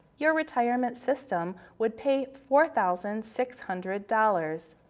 your retirement system would pay four thousand six hundred dollars.